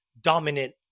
dominant